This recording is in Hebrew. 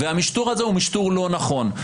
והמשטור הזה הוא משטור לא נכון.